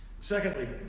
Secondly